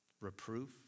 reproof